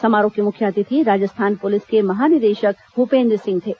समारोह के मुख्य अतिथि राजस्थान पुलिस के महानिदेशक भूपेन्द्र सिंह थे